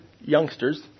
youngsters